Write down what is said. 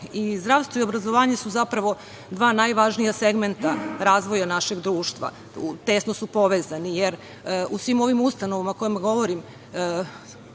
zdravstvo i obrazovanje su zapravo dva najvažnija segmenta razvoja našeg društva, tesno su povezani, jer u svim ovim ustanovama o kojima govorim,